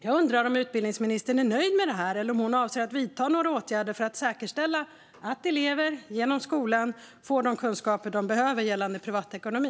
Jag undrar om utbildningsministern är nöjd med detta eller om hon avser att vidta några åtgärder för att säkerställa att elever genom skolan får de kunskaper de behöver gällande privatekonomi.